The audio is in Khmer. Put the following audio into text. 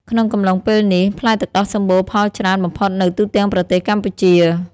ក្នុងកំឡុងពេលនេះ ផ្លែទឹកដោះសម្បូរផលច្រើនបំផុតនៅទូទាំងប្រទេសកម្ពុជា។